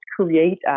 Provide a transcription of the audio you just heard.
create